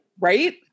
Right